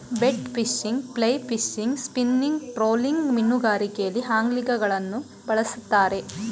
bait fishing, fly fishing, spinning, trolling ಮೀನುಗಾರಿಕೆಯಲ್ಲಿ ಅಂಗ್ಲಿಂಗ್ಗಳನ್ನು ಬಳ್ಸತ್ತರೆ